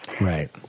Right